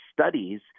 studies